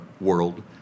world